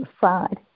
side